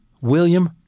William